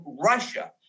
Russia